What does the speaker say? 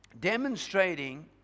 Demonstrating